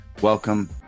Welcome